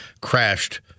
crashed